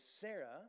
Sarah